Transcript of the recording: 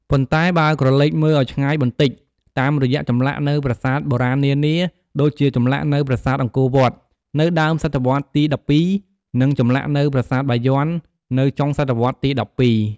ប៉ុន្តែ បើក្រឡេកមើលឲ្យឆ្ងាយបន្តិច តាមរយៈចម្លាក់នៅប្រាសាទបុរាណនានា ដូចជាចម្លាក់នៅប្រាសាទអង្គរវត្ត នៅដើមសតវត្សរ៍ទី ១២ និងចម្លាក់នៅប្រាសាទបាយ័ន នៅចុងសតវត្សរ៍ទី ១២ ។